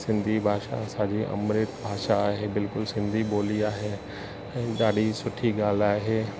सिंधी भाषा असांजी अमृत भाषा आहे बिल्कुलु सिंधी ॿोली आहे ऐं ॾाढी सुठी ॻाल्हि आहे